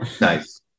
Nice